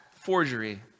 Forgery